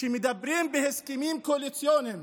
כשמדברים בהסכמים קואליציוניים